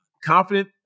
Confident